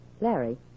Larry